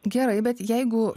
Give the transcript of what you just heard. gerai bet jeigu